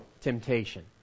Temptation